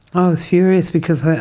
i was furious because